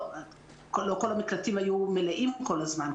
לא כל המקלטים היו מלאים כל הזמן,